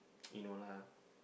you know lah